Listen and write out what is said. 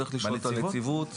צריך לשאול את הנציבות.